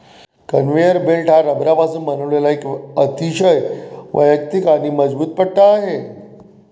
conveyor belt हा रबरापासून बनवलेला एक अतिशय वैयक्तिक आणि मजबूत पट्टा आहे